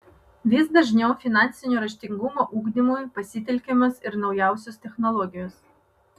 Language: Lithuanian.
vis dažniau finansinio raštingumo ugdymui pasitelkiamos ir naujausios technologijos